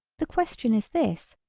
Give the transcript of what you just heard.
the question is this,